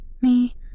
me